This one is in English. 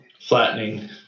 flattening